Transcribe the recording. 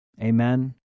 Amen